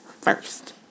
first